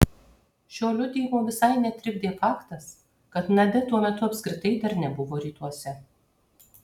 šio liudijimo visai netrikdė faktas kad nadia tuo metu apskritai dar nebuvo rytuose